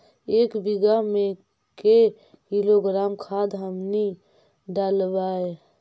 एक बीघा मे के किलोग्राम खाद हमनि डालबाय?